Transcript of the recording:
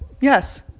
Yes